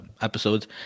episodes